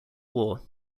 war